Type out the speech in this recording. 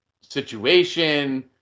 situation